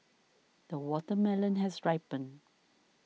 the watermelon has ripened